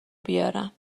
بیارم